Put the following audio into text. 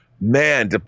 man